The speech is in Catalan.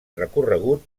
recorregut